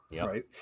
right